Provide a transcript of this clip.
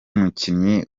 mukinnyi